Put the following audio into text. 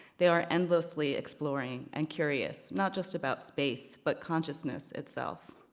they are endlessly exploring and curious, not just about space, but consciousness itself.